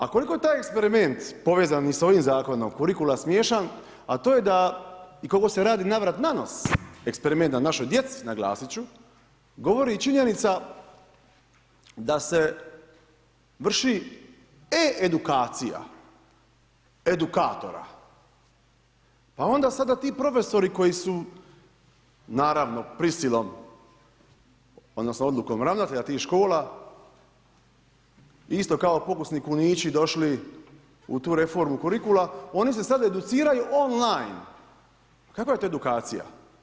A koliko je taj eksperiment povezan i sa ovim zakonom kurikula smiješan, a to je koliko se radi navrat nanos eksperiment na našoj djeci naglasit ću, govori činjenica da se vrši e edukacija edukatora, pa onda sada ti profesori koji su, naravno prisilom, odnosno odlukom ravnatelja tih škola, isto kao pokusni kunići došli u tu reformu kurikula, oni se sad educiraju online pa kakva je to edukacija?